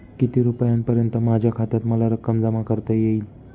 किती रुपयांपर्यंत माझ्या खात्यात मला रक्कम जमा करता येईल?